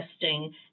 testing